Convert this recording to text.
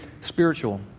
spiritual